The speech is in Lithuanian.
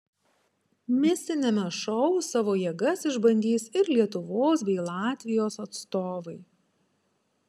mistiniame šou savo jėgas išbandys ir lietuvos bei latvijos atstovai